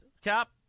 Cap